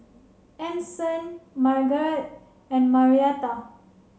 Anson Margeret and Marietta